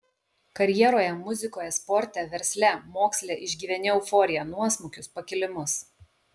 karjeroje muzikoje sporte versle moksle išgyveni euforiją nuosmukius pakilimus